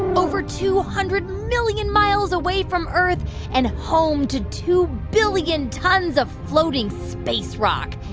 over two hundred million miles away from earth and home to two billion tons of floating space rock,